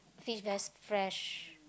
fish very fresh